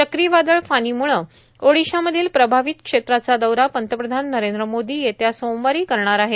चक्रीवादळ फानीमुळं ओडिशामधील प्रभावित क्षेत्राचा दौरा पंतप्रधान नरेंद्र मोदी येत्या सोमवारी करणार आहेत